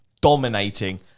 dominating